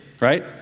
right